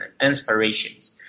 inspirations